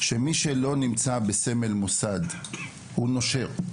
שמי שלא נמצא בסמל מוסד הוא נושר.